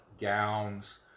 gowns